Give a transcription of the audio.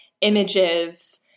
images